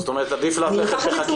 זה נוגד את כל